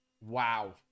Wow